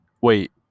wait